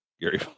Gary